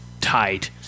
tight